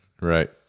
Right